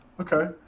Okay